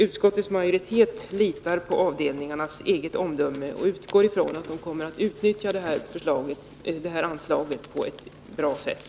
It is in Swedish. Utskottets majoritet litar på avdelningarnas eget omdöme och utgår från att de kommer att utnyttja anslaget på ett bra sätt.